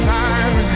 time